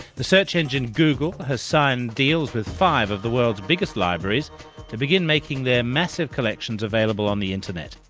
the search engine google has signed deals with five of the world's biggest libraries to begin making their massive collections available on the internet.